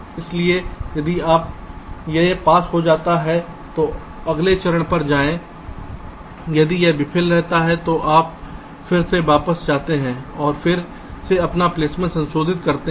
इसलिए यदि यह पास हो जाता है तो अगले चरण पर जाएं यदि यह विफल रहता है तो आप फिर से वापस जाते हैं और फिर से अपना प्लेसमेंट संशोधित करते हैं